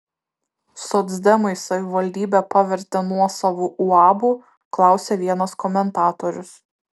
socdemai savivaldybę pavertė nuosavu uabu klausia vienas komentatorius